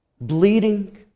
bleeding